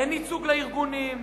אין ייצוג לארגונים,